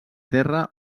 terra